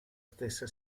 stessa